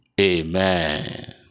Amen